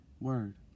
word